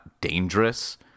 dangerous